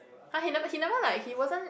!huh! he never he never like he wasn't